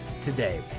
today